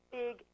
big